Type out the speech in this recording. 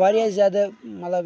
واریاہ زیادٕ مطلب